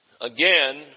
Again